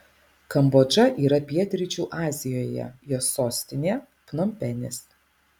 kambodža yra pietryčių azijoje jos sostinė pnompenis